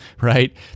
right